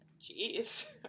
Jeez